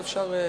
אז אפשר.